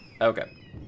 Okay